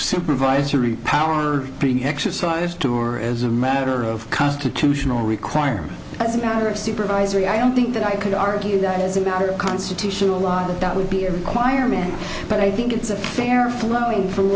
supervisory power being exercised to or as a matter of constitutional requirement as a matter of supervisory i don't think that i could argue that as a matter of constitutional law that that would be a requirement but i think it's a fair flowing f